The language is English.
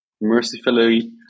mercifully